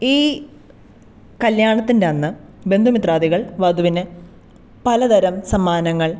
ഈ കല്യാണത്തിൻറ്റന്ന് ബന്ധുമിത്രാദികൾ വധുവിന് പലതരം സമ്മാനങ്ങൾ